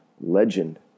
legend